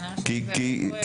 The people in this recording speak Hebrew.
כנראה שזה באמת כואב.